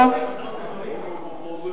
נשמע טוב ברוסית.